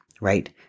right